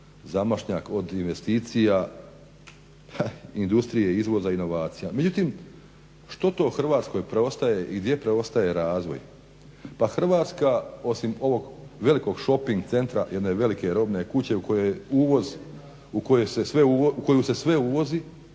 zamašnjak od investicija industrije, izvoza i inovacija. Međutim, što to Hrvatskoj preostaje i gdje preostaje razvoj? Pa Hrvatska osim ovog velikog šoping centra jedne velike robne kuće u kojoj je uvoz,